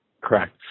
Correct